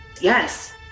Yes